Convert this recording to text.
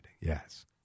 yes